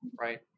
right